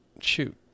shoot